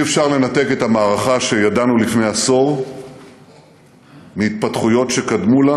אי-אפשר לנתק את המערכה שידענו לפני עשור מהתפתחויות שקדמו לה